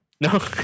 No